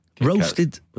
Roasted